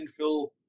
infill